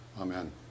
amen